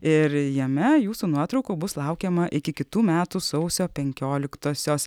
ir jame jūsų nuotraukų bus laukiama iki kitų metų sausio penkioliktosios